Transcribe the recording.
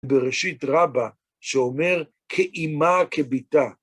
בראשית רבא, שאומר, כאימא כבתה.